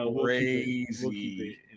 crazy